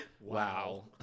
Wow